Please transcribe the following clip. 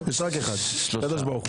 יש רק אחד, הקדוש ברוך הוא.